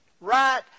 right